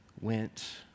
went